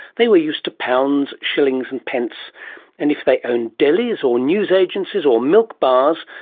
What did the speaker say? they were used to pounds, shillings and pence and, if they owned delis or newsagencies or milk bars,